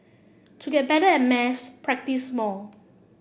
to get better at maths practise more